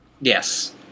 Yes